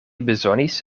bezonis